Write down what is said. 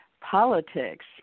politics